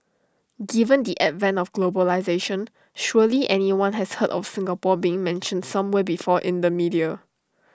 given the advent of globalisation surely everyone has heard of Singapore being mentioned somewhere before in the media